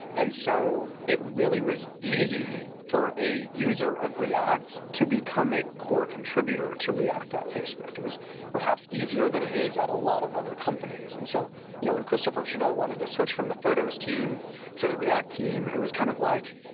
and so it really was easy for a user of react to become a core contributor to react at facebook. it was perhaps easier than it is at a lot of other companies. and so you know when christopher chedeau wanted to switch from the photos team to the react team, it was kind of like,